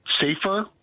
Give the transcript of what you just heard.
safer